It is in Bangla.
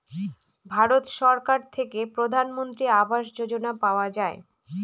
ভারত সরকার থেকে প্রধানমন্ত্রী আবাস যোজনা পাওয়া যায়